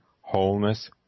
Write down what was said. wholeness